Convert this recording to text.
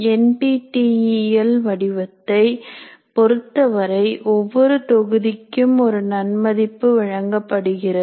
என்பிடியிஎல் வடிவத்தை பொருத்தவரை ஒவ்வொரு தொகுதிக்கும் ஒரு நன்மதிப்பு வழங்கப்படுகிறது